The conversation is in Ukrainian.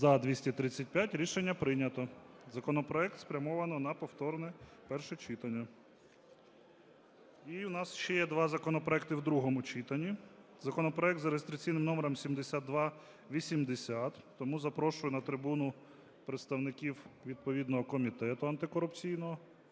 За-235 Рішення прийнято. Законопроект спрямовано на повторне перше читання. І в нас ще є два законопроекти в другому читанні. Законопроект за реєстраційним номером 7280. Тому запрошую на трибуну представників відповідного комітету, антикорупційного.